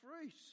fruit